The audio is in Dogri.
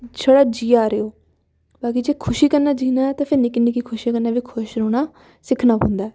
शैल जीआ दे ओ मतलब अगर खुशी कन्नै जीना ऐ ते मतलब निक्की निक्की खुशी कन्नै गै खुश रौह्ना सिक्खना पौंदा ऐ